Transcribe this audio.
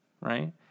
right